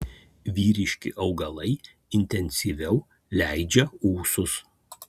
vyriški augalai intensyviau leidžia ūsus